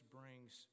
brings